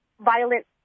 violent